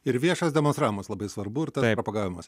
ir viešas demonstravimas labai svarbu ir tas propagavimas